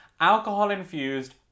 Alcohol-infused